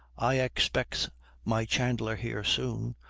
i expects my chandler here soon,